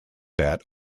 that